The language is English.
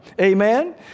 Amen